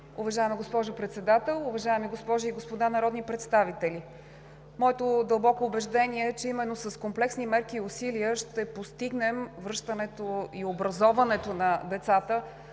Уважаема госпожо Председател, уважаеми госпожи и господа народни представители! Моето дълбоко убеждение е, че именно с комплексни мерки и усилия ще постигнем връщането в училище и образоването на децата,